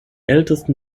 ältesten